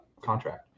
contract